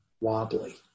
wobbly